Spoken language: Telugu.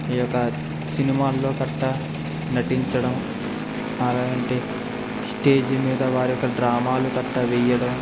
ఈ యొక్క సినిమాల్లో గట్ట నటించడం ఆలాంటి స్టేజి మీద వారి యొక్క డ్రామాలు గట్ట వేయడం